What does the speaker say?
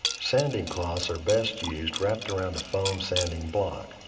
sanding cloths are best used wrapped around the foam sanding block.